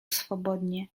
swobodnie